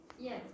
Yes